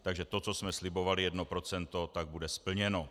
Takže to, co jsme slibovali, 1 %, bude splněno.